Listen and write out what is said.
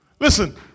Listen